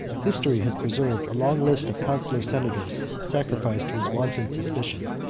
history has preserved a long list of consular senators sacrificed to his wanton suspicion,